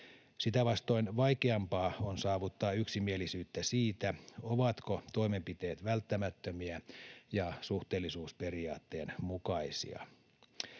Sitä vastoin vaikeampaa on saavuttaa yksimielisyyttä siitä, ovatko toimenpiteet välttämättömiä ja suhteellisuusperiaatteen mukaisia.